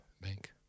bank